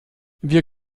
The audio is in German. wir